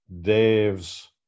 Dave's